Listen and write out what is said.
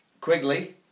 Quigley